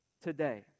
Today